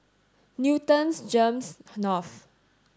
Newton's GEMS North